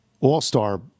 all-star